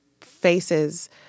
faces